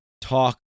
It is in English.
talk